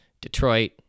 Detroit